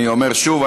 אני אומר שוב,